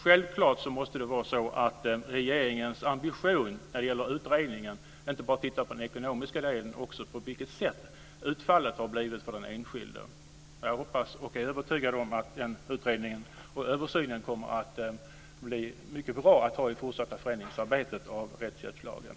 Självklart måste regeringens ambition när det gäller utredningen vara att inte titta bara på den ekonomiska delen utan också på hur utfallet har blivit för den enskilde. Jag hoppas, och är övertygad om, att det kommer att bli mycket bra att ha utredningen och översynen i det fortsatta förändringsarbetet i fråga om rättshjälpslagen.